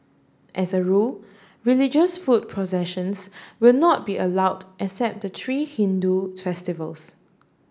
as a rule religious foot processions will not be allowed except the three Hindu festivals